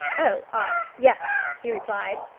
oh, ah yes, he replied.